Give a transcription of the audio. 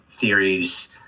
theories